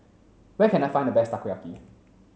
where can I find the best Takoyaki